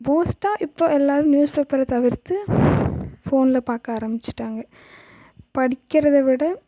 மோஸ்ட்டாக இப்போ எல்லோரும் நியூஸ் பேப்பரை தவிர்த்து ஃபோனில் பார்க்க ஆரமிச்சுட்டாங்க படிக்கிறதை விட